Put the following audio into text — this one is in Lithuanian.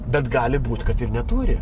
bet gali būt kad ir neturi